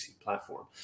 platform